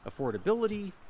affordability